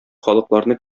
халыкларны